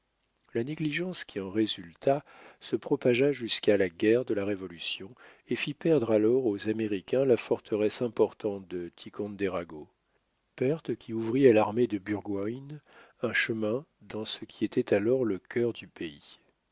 la négligence qui en résulta se propagea jusqu'à la guerre de la révolution et fit perdre alors aux américains la forteresse importante de ticonderago perte qui ouvrit à l'armée de burgoyne un chemin dans ce qui était alors le cœur du pays